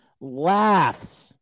Laughs